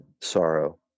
sorrow